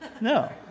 No